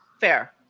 fair